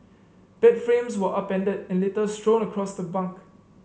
bed frames were upended and litter strewn across the bunk